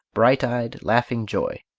bright-eyed, laughing joy.